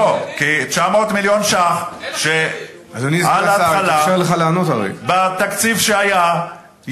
לא, כי 900 מיליון שקל, אדוני סגן השר,